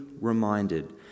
reminded